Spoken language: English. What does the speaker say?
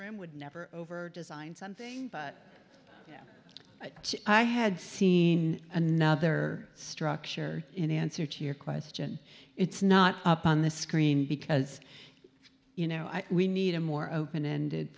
room would never over design something you know i had seen another structure in answer to your question it's not up on the screen because you know we need a more open ended